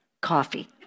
Coffee